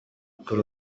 kuri